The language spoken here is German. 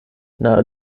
nahe